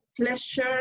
pleasure